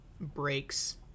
breaks